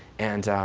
and